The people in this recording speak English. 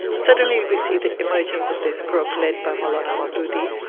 suddenly we see the emergence of this group led by maulana maudoodi,